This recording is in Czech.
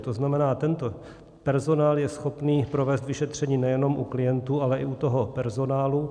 To znamená, tento personál je schopný provést vyšetření nejenom u klientů, ale i u toho personálu.